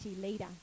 leader